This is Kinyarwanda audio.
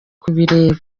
kubireba